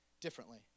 differently